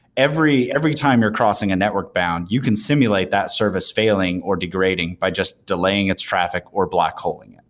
every every time you're crossing a network bound, you can simulate that service failing or degrading by just delaying its traffic or black holing them.